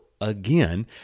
again